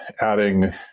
adding